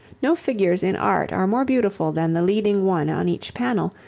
no figures in art are more beautiful than the leading one on each panel,